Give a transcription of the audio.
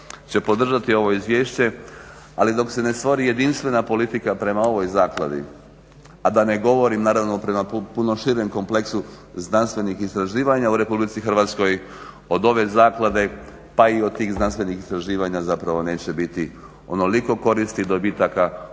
će podržati ovo izvješće ali dok se ne stvori jedinstvena politika prema ovoj zakladi a da ne govorim naravno prema puno širem kompleksu znanstvenih istraživanja u RH od ove zaklade pa i od tih znanstvenih istraživanja zapravo neće biti onoliko koristi, dobitaka koliko